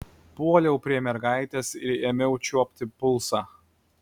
puoliau prie mergaitės ir ėmiau čiuopti pulsą